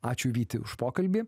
ačiū vyti už pokalbį